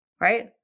right